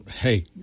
hey